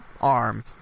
arm